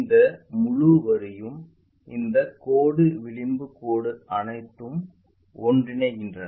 இந்த முழு வரியும் இந்த கோடு விளிம்பு கோடு அனைத்தும் ஒன்றிணைகின்றன